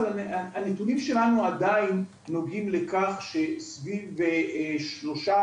אבל הנתונים שלנו עדיין נוגעים לכך שסביב שלושה,